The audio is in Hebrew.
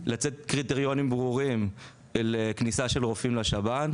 לצאת קריטריונים ברורים לכניסה של רופאים לשב"ן.